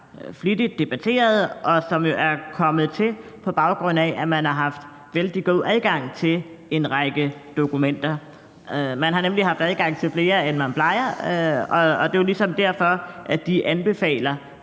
flittigt debatteret, og som jo er kommet til, på baggrund af at man har haft vældig god adgang til en række dokumenter. Man har nemlig haft adgang til flere, end man plejer, og det er jo ligesom derfor, at de anbefaler,